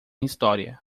história